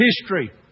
history